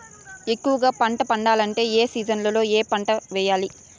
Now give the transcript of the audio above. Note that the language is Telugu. ఎక్కువగా పంట పండాలంటే ఏ సీజన్లలో ఏ పంట వేయాలి